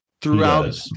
Throughout